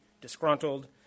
disgruntled